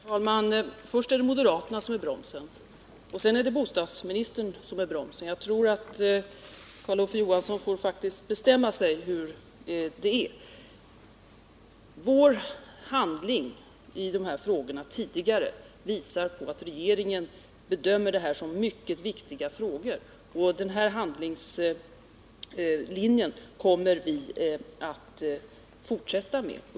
Herr talman! Först är det moderaterna som är bromsen. Sedan är det bostadsministern som är bromsen. Kurt Ove Johansson får faktiskt bestämma sig för hur det är. Vårt tidigare handlande i denna fråga visar att regeringen bedömer den som mycket viktig. Den handlingslinjen kommer vi att fortsätta med.